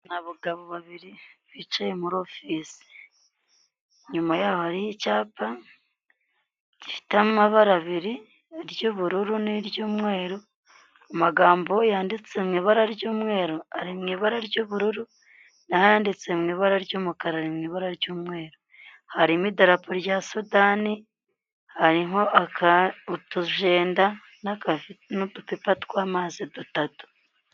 Ni abagabo babiri bicaye muri ofise; inyuma yaho hariho icyapa gifite amabara abiri ry'ubururu n'iry'umweru, amagambo yanditse mu ibara ry'umweru ari mu ibara ry'ubururu, n'ayanditse mu ibara ry'umukara ari mu ibara ry'umweru. Harimo idarapo rya Sudani, hariho utujenda n'udupipa twa mazi dutatu.